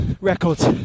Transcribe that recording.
records